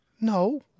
No